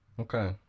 Okay